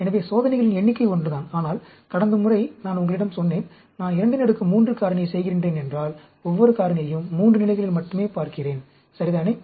எனவே சோதனைகளின் எண்ணிக்கை ஒன்றுதான் ஆனால் கடந்த முறைப் நான் உங்களிடம் சொன்னேன் நான் 23 காரணியைச் செய்கின்றேன் என்றால் ஒவ்வொரு காரணியையும் 3 நிலைகளில் மட்டுமே பார்க்கிறேன் சரிதானே